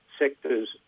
sectors